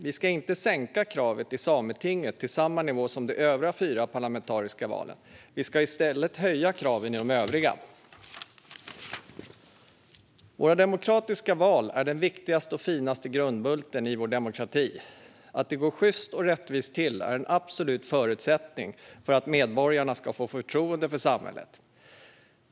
Vi ska inte sänka kraven i sametingsvalet till samma nivå som de övriga fyra parlamentariska valen. Vi ska i stället höja kraven i de övriga. Våra demokratiska val är den viktigaste och finaste grundbulten i vår demokrati. Att det går sjyst och rättvist till är en absolut förutsättning för att medborgarna ska få förtroende för samhället.